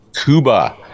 Cuba